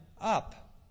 up